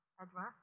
address